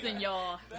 y'all